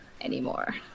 anymore